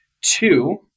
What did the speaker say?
Two